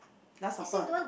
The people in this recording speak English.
last supper